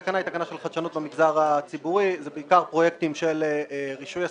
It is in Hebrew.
מדובר כאן בשבעה מיליארד שקלים ואנחנו מעבירים אותם